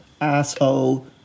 asshole